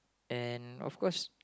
and of course